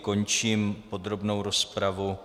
Končím podrobnou rozpravu.